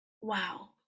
Wow